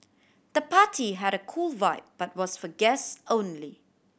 the party had a cool vibe but was for guest only